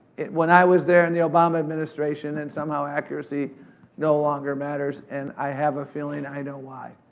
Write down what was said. when i was there in the obama administration, and somehow accuracy no longer matters, and i have a feeling i know why.